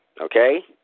okay